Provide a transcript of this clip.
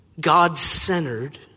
God-centered